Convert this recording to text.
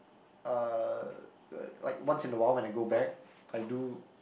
uh like once in awhile when I go back I do